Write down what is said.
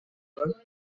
akaba